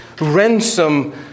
ransom